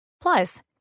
Plus